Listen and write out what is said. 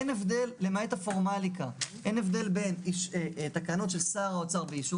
למעט הפורמליקה אין הבדל בין תקנות של שר האוצר באישור